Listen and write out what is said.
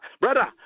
brother